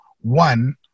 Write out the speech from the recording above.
one